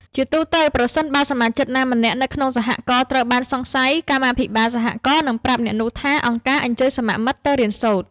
ជាទូទៅ ប្រសិនបើសមាជិកណាម្នាក់នៅក្នុងសហករណ៍ត្រូវបានសង្ស័យ កម្មាភិបាលសហករណ៍នឹងប្រាប់អ្នកនោះថា "អង្គការអញ្ជើញសមមិត្តទៅរៀនសូត្រ"។